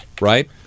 Right